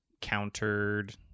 countered